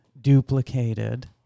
duplicated